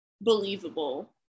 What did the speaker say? believable